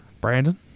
Brandon